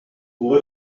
vous